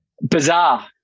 Bizarre